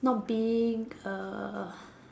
not being a